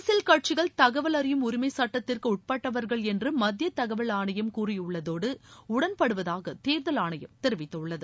அரசியல் கட்சிகள் தகவல் அறியும் உரிமைச் சுட்டத்திற்கு உட்பட்டவர்கள் என்று மத்திய தகவல் ஆணையம் கூறியுள்ளதோடு உடன்படுவதாக தேர்தல் ஆணையம் தெரிவித்துள்ளது